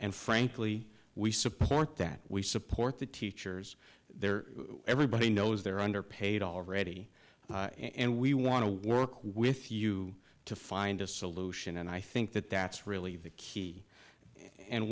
and frankly we support that we support the teachers there everybody knows they're underpaid already and we want to work with you to find a solution and i think that that's really the key and